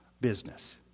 business